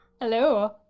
Hello